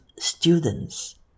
students